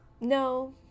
no